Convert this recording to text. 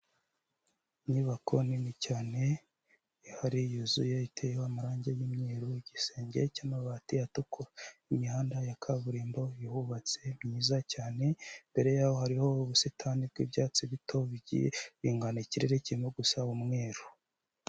Inyubako nini cyane, ihari yuzuye iteyeho amarangi y'umweru, igisenge cy'amabati atukura, imihanda ya kaburimbo, ihubatse myiza cyane, imbere yaho hariho ubusitani bw'ibyatsi bito bigiye bingana, ikirere kirimo gusa umweru.